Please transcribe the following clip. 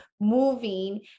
moving